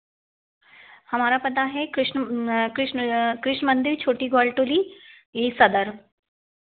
हमारा पता है कृष्ण कृष्ण कृष्ण मंदिर छोटी ग्वालटोली इ सदर